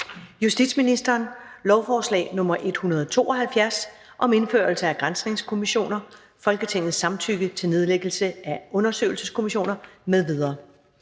og retsplejeloven. (Indførelse af granskningskommissioner, Folketingets samtykke til nedlæggelse af undersøgelseskommissioner m.v.)).